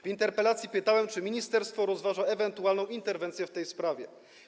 W interpelacji pytałem, czy ministerstwo rozważa ewentualną interwencję w tej sprawie.